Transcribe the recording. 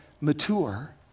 mature